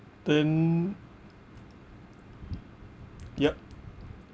then yup